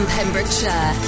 Pembrokeshire